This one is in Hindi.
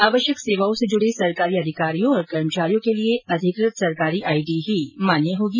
आवश्यक सेवाओं से जुड़े सरकारी अधिकारियों और कर्मचारियों के लिए अधिकृत सरकारी आईडी ही मान्य होगी